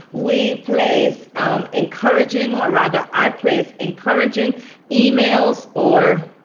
we place encouraging or rather i place encouraging emails or